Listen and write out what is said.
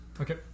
Okay